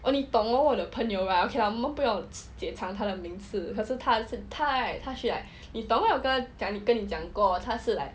oh 你懂哦我的朋友 right okay lah 我们不要解开他的名字可是他 right 他去 like 你懂 right 我有跟你讲过他是 like